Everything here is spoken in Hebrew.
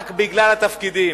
רק בגלל התפקידים.